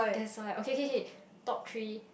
that's why okay okay okay top three